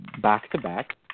back-to-back